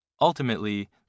Ultimately